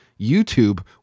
YouTube